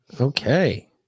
Okay